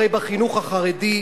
הרי בחינוך החרדי,